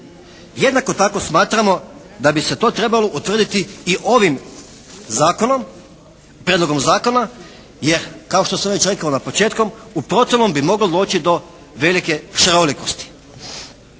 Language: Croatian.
Jednako tako smatramo da bi se to trebalo utvrditi i ovim zakonom, prijedlogom zakona jer kao što sam već rekao na početku u protivnom bi moglo doći do velike šarolikosti.